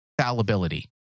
fallibility